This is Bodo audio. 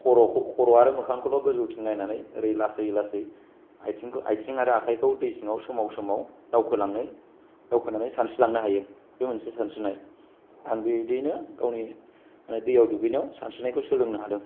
नोङो खरखौ खरआनो मोखांजों गोजौथिं नायनानै ओरै लासै लासै आइथिंखौ आथिं आरो आखायखौ दै सिंआव सोमाव सोमाव दावखोलांनो दावखोनानै सानस्रिलांनो हायो बे मोनसे सानस्रिनाय आं बिदिनो गावनि दैआव दुगैनाआव सानस्रिनायखौ सोलोंनो हादों